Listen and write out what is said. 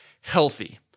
healthy